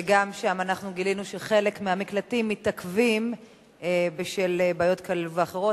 וגם שם אנחנו גילינו שחלק מהמקלטים מתעכבים בשל בעיות כאלה ואחרות.